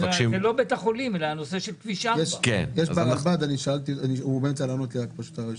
זה לא בית החולים אלא הנושא של כביש 4. הוא באמצע התשובה לגבי הרלב"ד.